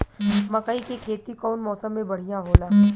मकई के खेती कउन मौसम में बढ़िया होला?